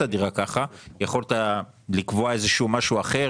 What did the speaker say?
כך; לקבוע משהו אחר,